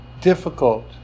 difficult